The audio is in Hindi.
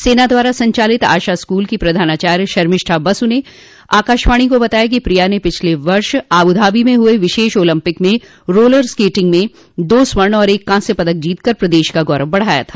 सेना द्वारा संचालित आशा स्कूल की प्रधानाचार्य शर्मिष्ठा बसु ने आकाशवाणी को बताया कि प्रिया ने पिछले वर्ष आबू धाबी में हुए विशेष ओलंपिक में रोलर स्केटिंग खेल में दो स्वर्ण और एक कांस्य पदक जीतकर प्रदेश का गौरव बढ़ाया था